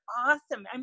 awesome